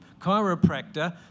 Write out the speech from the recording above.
chiropractor